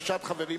בכנסת הבאה.